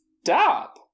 Stop